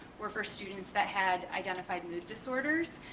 were for students that had identified mood disorders.